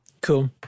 cool